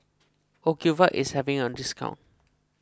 Ocuvite is having a discount